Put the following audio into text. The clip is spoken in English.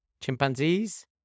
chimpanzees